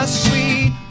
sweet